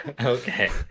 Okay